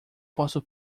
posso